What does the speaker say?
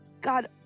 God